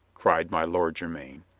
cried my lord jer myn,